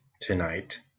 tonight